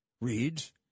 reads